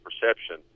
perception